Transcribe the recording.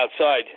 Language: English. outside